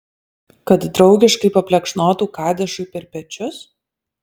kad draugiškai paplekšnotų kadešui per pečius